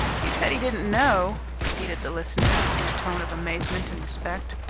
he said he didn't know! repeated the listener, in a tone of amazement and respect.